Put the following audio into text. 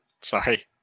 Sorry